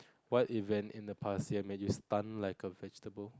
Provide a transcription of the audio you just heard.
what event in the past have made you stunned like a vegetable